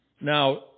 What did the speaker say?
Now